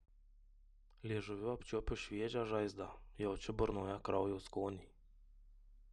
liežuviu apčiuopiu šviežią žaizdą jaučiu burnoje kraujo skonį